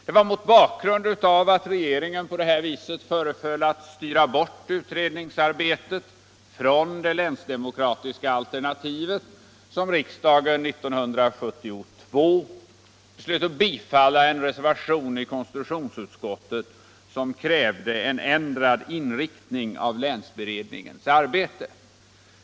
Det var mot bakgrund av att regeringen på det här viset föreföll att styra bort utredningsarbetet från det länsdemokratiska alternativet som riksdagen 1972 beslöt att bifalla en reservation i konstitutionsutskottet med krav på en ändrad inriktning av länsberedningens arbete.